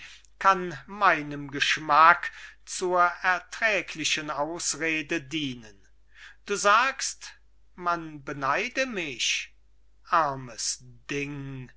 kann meinem geschmack zur erträglichen ausrede dienen du sagst man beneide mich armes ding